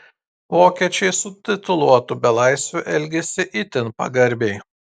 vokiečiai su tituluotu belaisviu elgėsi itin pagarbiai